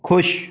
खुश